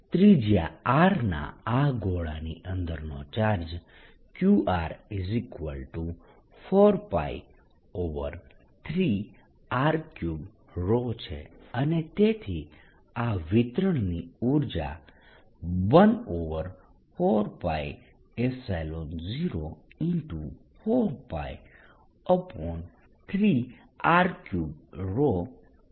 ત્રિજ્યા r ના આ ગોળાની અંદરનો ચાર્જ Qr4π3r3 છે અને તેથી આ વિતરણની ઉર્જા 14π0